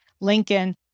Lincoln